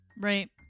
right